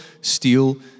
steal